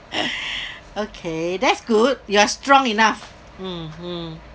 okay that's good you are strong enough mm hmm